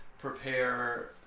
prepare